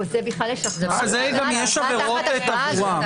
על זה גם יש עבירות תעבורה.